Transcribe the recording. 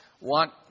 want